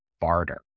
barter